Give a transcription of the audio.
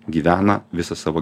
gyvena visą savo